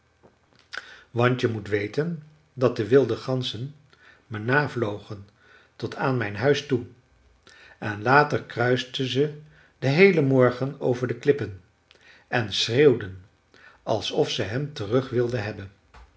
want je moet weten dat de wilde ganzen me navlogen tot aan mijn huis toe en later kruisten ze den heelen morgen over de klippen en schreeuwden alsof ze hem terug wilden hebben